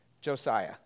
Josiah